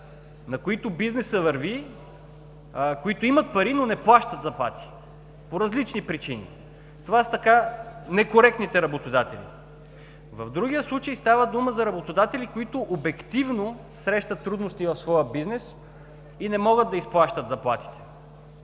на които бизнесът върви, имат пари, но не плащат заплати по различни причини. Това са некоректните работодатели. В другия случай става дума за работодатели, които обективно срещат трудности в своя бизнес и не могат да изплащат заплатите.